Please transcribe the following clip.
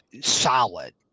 solid